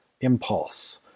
impulse